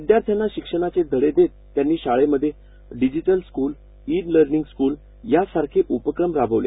विद्यार्थ्यांना शिक्षणाचे धडे देत त्यांनी शाळेमध्ये digital school e learning school यासारखे उपक्रम राबविले